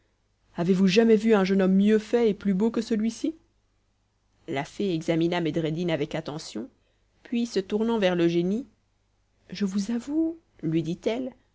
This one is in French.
avez-vous jamais vu un jeune homme mieux fait et plus beau que celui-ci la fée examina bedreddin avec attention puis se tournant vers le génie je vous avoue lui